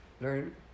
learn